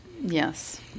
Yes